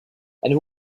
and